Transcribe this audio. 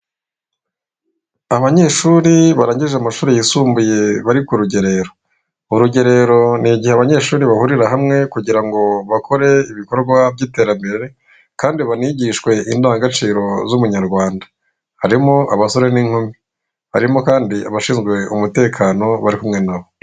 Abanyeshuri barangije amashuri yisumbuye bari ku rugerero. urugerero ni igihe abanyeshuri bahurira hamwe kugirango bakore ibikorwa by'iterambere kandi banigishwe indangagaciro z'ubunyarwanda, harimo abasore n'inkumi, harimo kandi abashinzwe umutekano bari kumwe nabo.